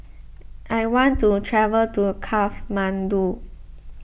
I want to travel to Kathmandu